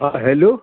हा हेलो